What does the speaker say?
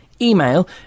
Email